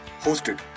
hosted